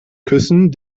küssen